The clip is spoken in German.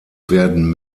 werden